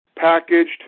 Packaged